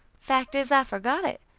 fact is, i forgot it.